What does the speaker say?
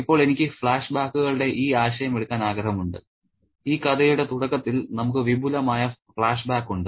ഇപ്പോൾ എനിക്ക് ഫ്ലാഷ്ബാക്കുകളുടെ ഈ ആശയം എടുക്കാൻ ആഗ്രഹമുണ്ട് ഈ കഥയുടെ തുടക്കത്തിൽ നമുക്ക് വിപുലമായ ഫ്ലാഷ്ബാക്ക് ഉണ്ട്